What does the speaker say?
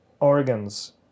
Organs